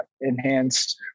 enhanced